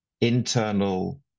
internal